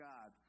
God